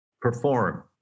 perform